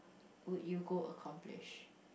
would you go accomplish